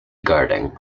guarding